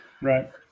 right